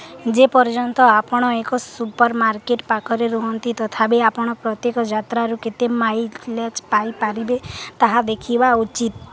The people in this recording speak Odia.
ଯେପର୍ଯ୍ୟନ୍ତ ଆପଣ ଏକ ସୁପର୍ ମାର୍କେଟ୍ ପାଖରେ ରୁହନ୍ତି ତଥାପି ଆପଣ ପ୍ରତ୍ୟେକ ଯାତ୍ରାରୁ କେତେ ମାଇଲେଜ୍ ପାଇପାରିବେ ତାହା ଦେଖିବା ଉଚିତ୍